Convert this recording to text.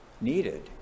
needed